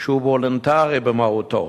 שהוא וולונטרי במהותו,